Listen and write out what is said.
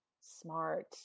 smart